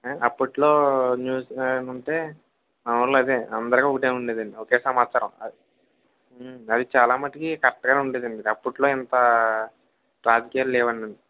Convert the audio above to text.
అప్పట్లో న్యూస్ ఏమన్నా ఉంటే మా ఊర్లో అదే అందరికి ఒకటే ఉండేదండి ఒకే సమాచారం అది చాలా మాటికీ కరెక్ట్గా ఉండేదండి అప్పట్లో ఇంతా రాజకీయాలు లేవండి